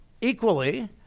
equally